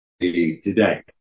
today